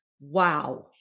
Wow